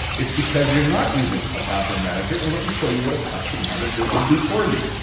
it's because you're not using a password manager. and let me show you what a password manager will do for you.